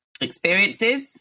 experiences